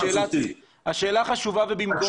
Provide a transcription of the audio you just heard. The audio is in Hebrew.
השאלה חשובה ובמקומה.